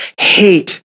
hate